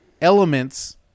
elements